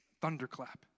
thunderclap